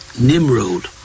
Nimrod